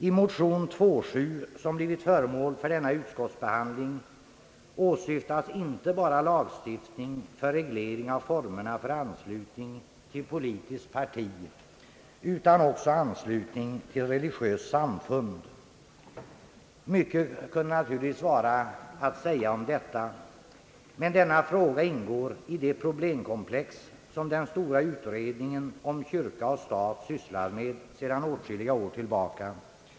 I motion II:7, som har blivit föremål för denna utskottsbehandling, åsyftas inte bara lagstiftning för reglering av formerna för anslutning till politiskt parti utan också religiöst samfund. Mycket kan naturligtvis vara att säga om detta, men frågan ingår i det problemkomplex, som den stora utredningen om kyrka och stat sysslar med sedan åtskilliga år tillbaka.